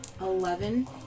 eleven